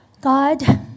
God